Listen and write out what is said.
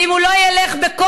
ואם הוא לא ילך בכוח,